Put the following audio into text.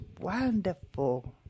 wonderful